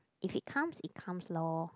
if it comes it comes lor